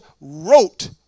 wrote